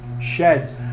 sheds